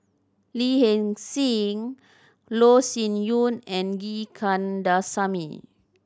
Lee Hee Seng Loh Sin Yun and G Kandasamy